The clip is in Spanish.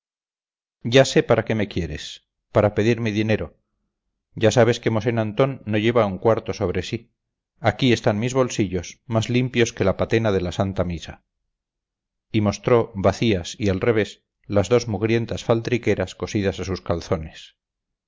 ya sé para qué me quieres para pedirme dinero ya sabes que mosén antón no lleva un cuarto sobre sí aquí están mis bolsillos más limpios que la patena de la santa misa y mostró vacías y al revés las dos mugrientas faltriqueras cosidas a sus calzones